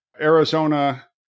arizona